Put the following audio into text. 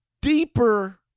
deeper